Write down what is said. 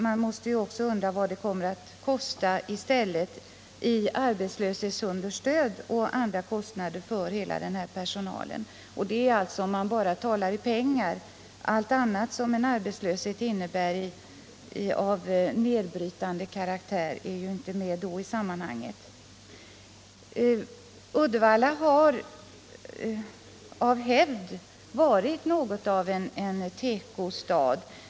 Vad kommer det att kosta i arbetslöshetsunderstöd och andra utgifter för hela denna personal? Men det gäller inte bara pengar — allt annat som en arbetslöshet innebär av nedbrytande karaktär måste också tas med i bilden. Uddevalla har av hävd varit något av en tekostad.